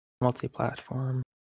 Multi-platform